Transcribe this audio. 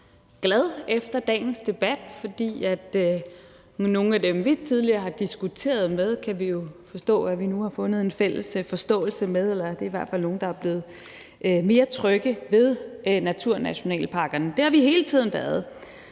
ret glad efter dagens debat, for nogle af dem, vi tidligere har diskuteret med, kan vi forstå at vi nu har fået en fælles forståelse med, eller det er i hvert fald nogle, der er blevet mere trygge ved naturnationalparkerne. Det har vi hele tiden været,